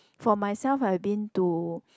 for myself I've been to